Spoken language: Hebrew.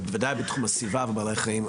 ודאי בתחום הסביבה ובעלי החיים,